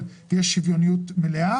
אבל יש שוויוניות מלאה.